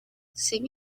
siga